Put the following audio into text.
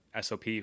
SOP